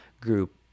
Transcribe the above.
group